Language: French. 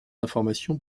informations